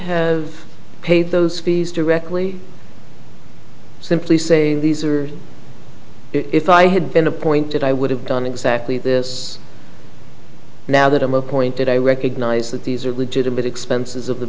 have paid those fees directly simply say these are if i had been appointed i would have done exactly this now that i'm a point that i recognize that these are legitimate expenses of the